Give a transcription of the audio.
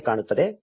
ಇದು 5 ರಂದು 4